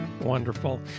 wonderful